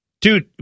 Dude